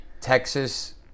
Texas